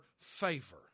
favor